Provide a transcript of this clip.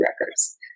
records